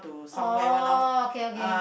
oh okay okay